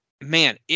Man